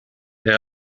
they